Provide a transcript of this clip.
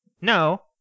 No